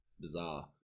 bizarre